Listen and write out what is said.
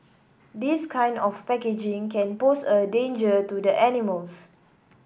this kind of packaging can pose a danger to the animals